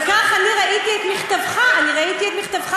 לא נכון, לא נכון.